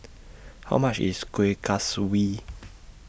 How much IS Kuih Kaswi